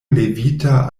levita